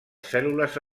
cèl·lules